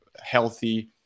healthy